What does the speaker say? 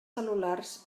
cel·lulars